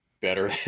better